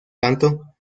tanto